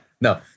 no